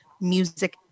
music